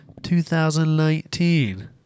2019